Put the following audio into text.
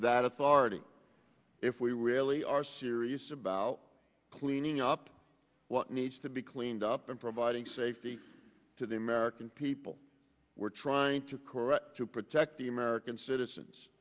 that authority if we really are serious about cleaning up what needs to be cleaned up and providing safety to the american people we're trying to correct to protect the american citizens